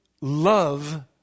love